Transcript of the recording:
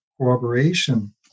cooperation